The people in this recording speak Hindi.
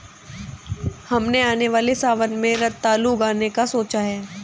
हमने आने वाले सावन में रतालू उगाने का सोचा है